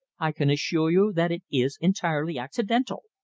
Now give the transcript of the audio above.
i can assure you that it is entirely accidental!